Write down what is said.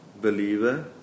believer